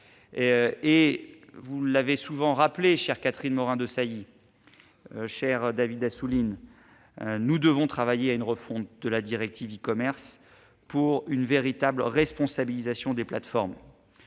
Vous l'avez souvent rappelé, chère Catherine Morin-Desailly, cher David Assouline, nous devons travailler à une refonte de la directive e-commerce pour une véritable responsabilisation des plateformes.